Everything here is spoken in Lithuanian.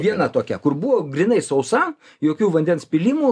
viena tokia kur buvo grynai sausa jokių vandens pylimų